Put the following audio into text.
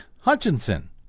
Hutchinson